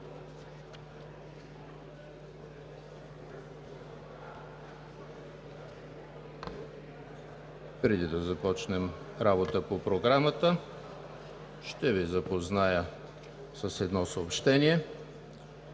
Преди да започнем работа по Програмата, ще Ви запозная с едно съобщение.